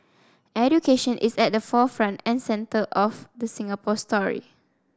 education is at the forefront and center of the Singapore story